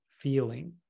feeling